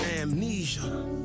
amnesia